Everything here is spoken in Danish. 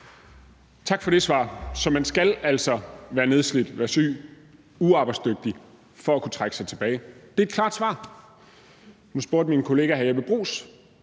Tak for det svar. Så man skal altså være nedslidt, være syg, være uarbejdsdygtig for at kunne trække sig tilbage. Det er et klart svar. Nu spurgte min kollega hr. Jeppe Bruus